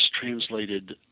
translated